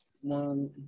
one